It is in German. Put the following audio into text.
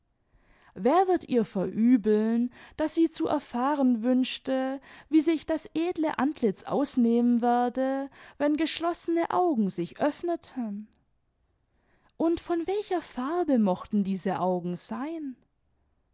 wer wird ihr verübeln daß sie zu erfahren wünschte wie sich das edle antlitz ausnehmen werde wenn geschlossene augen sich öffneten und von welcher farbe mochten diese augen sein